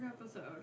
episode